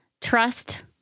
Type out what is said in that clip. trust